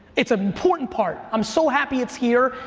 it's an important part. i'm so happy it's here.